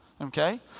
okay